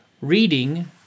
Reading